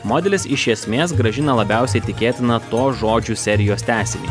modelis iš esmės grąžina labiausiai tikėtiną to žodžių serijos tęsinį